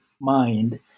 mind